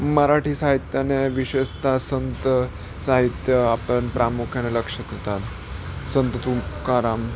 मराठी साहित्याने विशेषता संत साहित्य आपण प्रामुख्याने लक्ष होतात संत तुकाराम